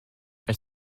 elle